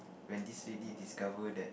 when this lady discover that